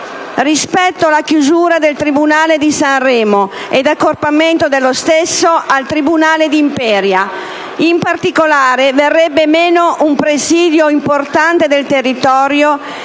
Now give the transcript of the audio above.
ordine alla chiusura del tribunale di Sanremo e all'accorpamento dello stesso al tribunale di Imperia. In particolare, verrebbe meno un presidio importante del territorio